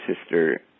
sister